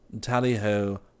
Tally-ho